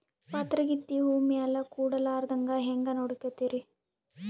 ಪಾತರಗಿತ್ತಿ ಹೂ ಮ್ಯಾಲ ಕೂಡಲಾರ್ದಂಗ ಹೇಂಗ ನೋಡಕೋತಿರಿ?